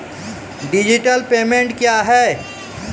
Digital payment क्या हैं?